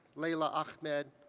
leila ahmed,